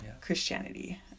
Christianity